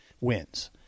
wins